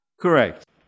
Correct